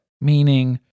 Meaning